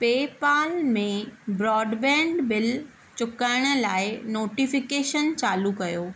पे पाल में broadband bill चुकाइण लाइ नोटिफिकेशन चालू कयो